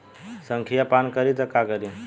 संखिया पान करी त का करी?